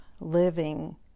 living